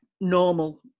normal